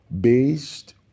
based